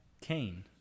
Cain